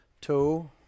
two